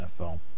NFL